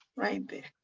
right there.